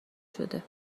شده